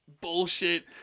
bullshit